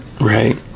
Right